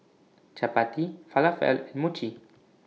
Chapati Falafel and Mochi